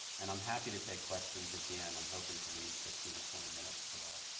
and i'm happy to take questions at the end. i'm hoping to leave fifteen or twenty minutes for that.